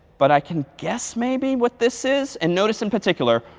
but i can guess maybe what this is. and notice in particular,